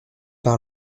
par